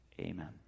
Amen